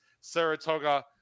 Saratoga